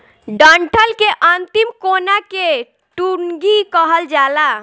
डंठल के अंतिम कोना के टुनगी कहल जाला